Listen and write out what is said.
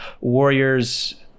Warriors